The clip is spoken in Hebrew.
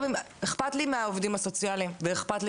איכפת לי מהעובדים הסוציאליים ואיכפת לי